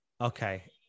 Okay